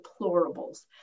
deplorables